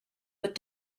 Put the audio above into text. but